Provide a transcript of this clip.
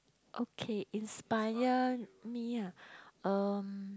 okay inspire me ah um